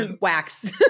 wax